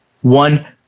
One